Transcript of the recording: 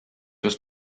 was